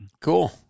Cool